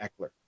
eckler